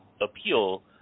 appeal